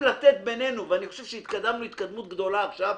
לתת בינינו ואני חושב שהתקדמנו התקדמות גדולה עכשיו,